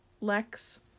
Lex